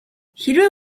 хэрвээ